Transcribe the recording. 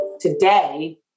today